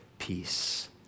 peace